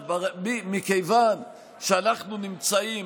מכיוון שאנחנו נמצאים,